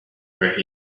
where